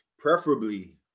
Preferably